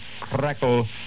crackle